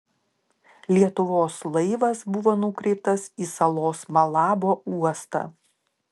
lietuvos laivas buvo nukreiptas į salos malabo uostą